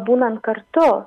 būnant kartu